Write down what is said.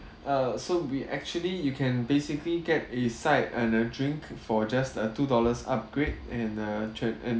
uh so we actually you can basically get a side and a drink for just a two dollars upgrade and uh dri~ and